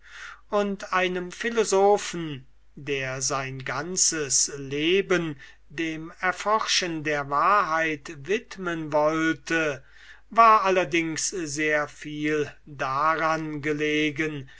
und einem philosophen der sein ganzes leben dem erforschen der wahrheit widmen wollte war allerdings sehr viel daran gelegen